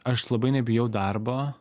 aš labai nebijau darbo